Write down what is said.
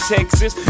Texas